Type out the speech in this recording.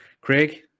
Craig